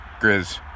Grizz